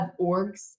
orgs